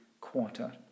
quarter